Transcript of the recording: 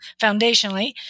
foundationally